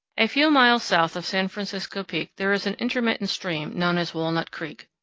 a few miles south of san francisco peak there is an intermittent stream known as walnut creek.